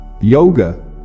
Yoga